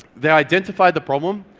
they identified the problem,